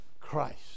Christ